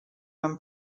own